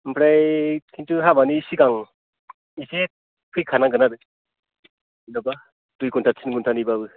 ओमफ्राय खिन्थु हाबानि सिगां एसे फैखानांगोन आरो जेनबा दुइ घण्टा थिन घण्टानि बाबो